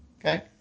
Okay